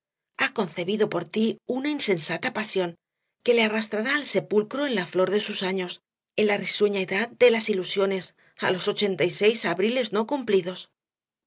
ha concebido por ti una insensata pasión que le arrastrará al sepulcro en la flor de sus años en la risueña edad de las ilusiones á los ochenta y seis abriles no cumplidos